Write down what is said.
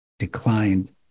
declined